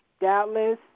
doubtless